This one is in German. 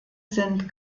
sind